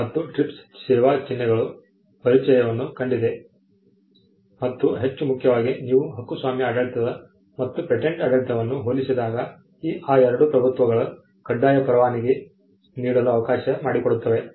ಮತ್ತು TRIPS ಸೇವಾ ಚಿಹ್ನೆಗಳ ಪರಿಚಯವನ್ನೂ ಕಂಡಿದೆ ಮತ್ತು ಹೆಚ್ಚು ಮುಖ್ಯವಾಗಿ ನೀವು ಹಕ್ಕುಸ್ವಾಮ್ಯ ಆಡಳಿತ ಮತ್ತು ಪೇಟೆಂಟ್ ಆಡಳಿತವನ್ನು ಹೋಲಿಸಿದಾಗ ಆ ಎರಡು ಪ್ರಭುತ್ವಗಳು ಕಡ್ಡಾಯ ಪರವಾನಗಿ ನೀಡಲು ಅವಕಾಶ ಮಾಡಿಕೊಡುತ್ತವೆ